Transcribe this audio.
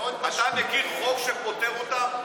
אתה מכיר חוק שפוטר אותם?